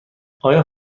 آیا